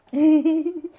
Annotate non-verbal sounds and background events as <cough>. <laughs>